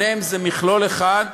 שניהם זה מכלול אחד.